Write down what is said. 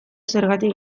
zergatik